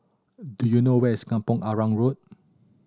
do you know where is Kampong Arang Road